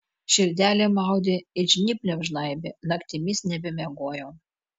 širdelė maudė it žnyplėm žnaibė naktimis nebemiegojau